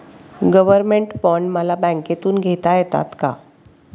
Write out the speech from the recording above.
Government bond मला बँकेमधून घेता येतात का?